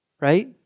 right